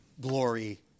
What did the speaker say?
glory